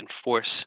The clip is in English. enforce